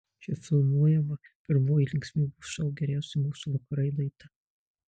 čia filmuojama pirmoji linksmybių šou geriausi mūsų vakarai laida